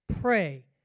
Pray